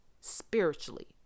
spiritually